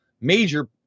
major